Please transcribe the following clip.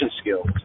skills